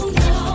no